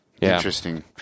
Interesting